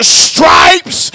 stripes